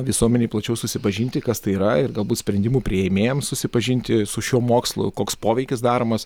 visuomenei plačiau susipažinti kas tai yra ir galbūt sprendimų priėmėjams susipažinti su šiuo mokslu koks poveikis daromas